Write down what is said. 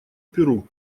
перу